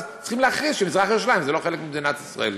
אז צריכים להכריז שמזרח-ירושלים זה לא חלק ממדינת ישראל.